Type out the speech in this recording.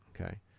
okay